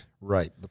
Right